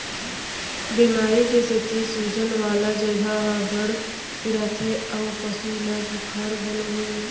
बेमारी के सेती सूजन वाला जघा ह बड़ पिराथे अउ पसु ल बुखार घलौ हो जाथे